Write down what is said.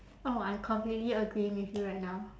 oh I'm completely agreeing with you right now